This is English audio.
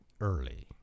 early